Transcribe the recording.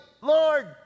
Lord